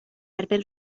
erbyn